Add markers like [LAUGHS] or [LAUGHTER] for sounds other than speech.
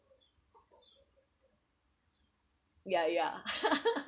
ya ya [LAUGHS]